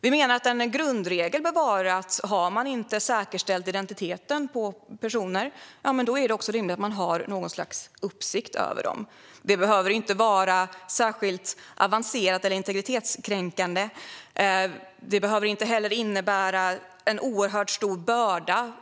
Vi menar att en grundregel bör vara att om man inte har säkerställt identiteten på personer är det också rimligt att man har något slags uppsikt över dem. Det behöver inte vara särskilt avancerat eller integritetskränkande, och det behöver heller inte innebära en oerhört stor börda.